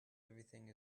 everything